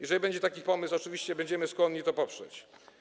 Jeżeli będzie taki pomysł, oczywiście będziemy skłonni to poprzeć.